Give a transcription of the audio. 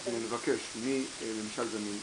שאנחנו נבקש מממשל זמין,